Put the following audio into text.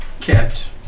Kept